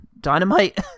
Dynamite